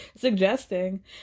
suggesting